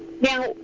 Now